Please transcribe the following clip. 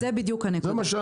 זאת בדיוק הנקודה.